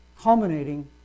culminating